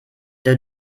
der